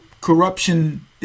corruption